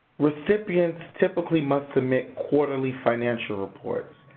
recipients typically must submit quarterly financial reports,